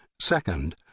Second